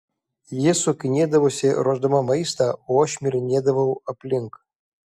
ji sukinėdavosi ruošdama maistą o aš šmirinėdavau aplink